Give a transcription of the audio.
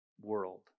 world